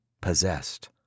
possessed